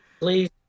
Please